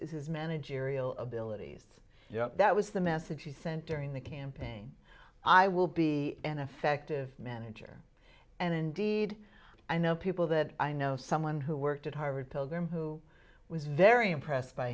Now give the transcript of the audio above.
his managerial abilities yep that was the message he sent during the campaign i will be an effective manager and indeed i know people that i know someone who worked at harvard tell them who was very impressed by